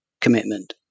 commitment